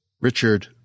Richard